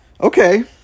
Okay